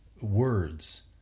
words